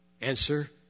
Answer